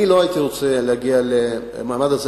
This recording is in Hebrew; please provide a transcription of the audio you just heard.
אני לא הייתי רוצה להגיע למעמד הזה.